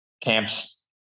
camps